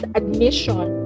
admission